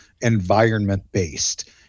environment-based